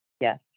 Yes